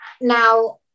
Now